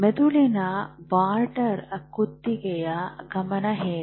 ಮೆದುಳಿನ ಬಾಟಲ್ ಕುತ್ತಿಗೆಯ ಗಮನ ಹೇಗೆ